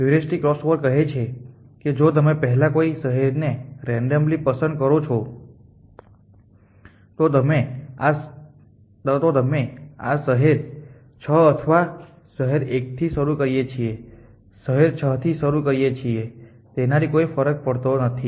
અને heuristic crossover કહે છે કે જો તમે પહેલા કોઈ શહેરને રેન્ડમલી પસંદ કરો છો તો અમે શહેર 6 અથવા શહેર 1થી શરૂ કરીએ છીએ શહેર 6 થી શરૂ કરીએ છીએ તેનાથી કોઈ ફરક પડતો નથી